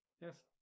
Yes